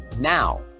Now